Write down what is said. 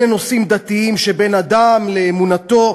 אלה נושאים דתיים שבין אדם לאמונתו,